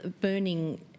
burning